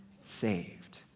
saved